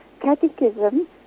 catechism